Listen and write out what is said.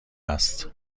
است